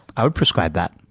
i would prescribe that.